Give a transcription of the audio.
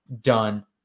done